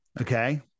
Okay